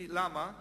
כי, למה?